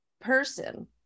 person